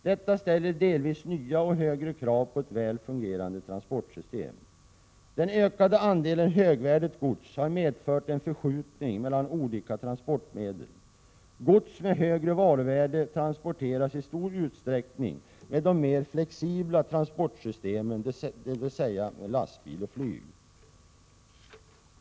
Detta ställer delvis nya och högre krav på ett väl fungerande transportsystem. Den ökade andelen högvärdigt gods har medfört en förskjutning mellan olika transportmedel. Gods med högre varuvärde transporteras i stor utsträckning med de mer flexibla transportsystemen, dvs. med lastbil eller flyg.